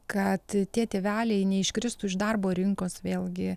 kad tie tėveliai neiškristų iš darbo rinkos vėlgi